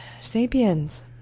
sapiens